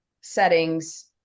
settings